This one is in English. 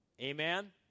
Amen